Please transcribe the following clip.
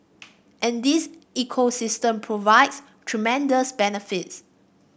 and this ecosystem provides tremendous benefits